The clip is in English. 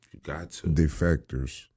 defectors